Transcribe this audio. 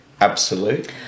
absolute